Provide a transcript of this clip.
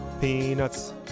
Peanuts